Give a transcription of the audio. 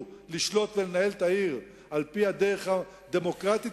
לשלוט ולנהל את העיר על-פי הדרך הדמוקרטית,